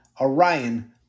Orion